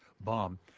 bomb